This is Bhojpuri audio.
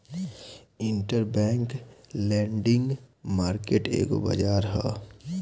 इंटरबैंक लैंडिंग मार्केट एगो बाजार ह